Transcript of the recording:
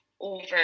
Over